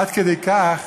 עד כדי כך,